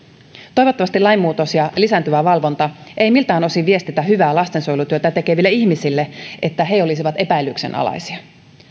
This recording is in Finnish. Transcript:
toivottavasti lainmuutos ja lisääntyvä valvonta ei miltään osin viestitä hyvää lastensuojelutyötä tekeville ihmisille että he olisivat epäilyksen alaisia